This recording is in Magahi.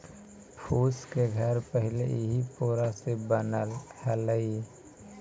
फूस के घर पहिले इही पोरा से बनऽ हलई